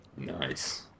Nice